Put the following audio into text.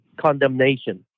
condemnation